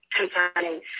concerning